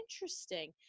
interesting